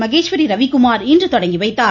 மகேஷ்வரி ரவிக்குமார் இன்று தொடங்கி வைத்தார்